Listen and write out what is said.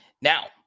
Now